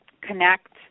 connect